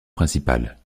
principales